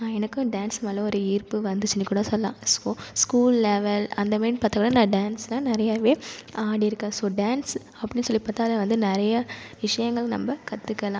நான் எனக்கும் டான்ஸ் மேலே ஒரு ஈர்ப்பு வந்துச்சினு கூட சொல்லா ஸ்கூ ஸ்கூலில் வேல் அந்த மாரி பார்த்தீங்கன்னா நான் டான்ஸ்லா நிறையாவே ஆடியிருக்கேன் ஸோ டான்ஸ் அப்படினு சொல்லிப் பார்த்தாலே வந்து நிறைய விசயங்கள் நம்ம கற்றுக்கலாம்